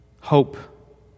hope